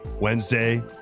Wednesday